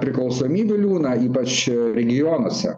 priklausomybių liūną ypač regionuose